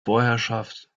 vorherschaft